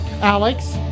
Alex